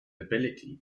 ability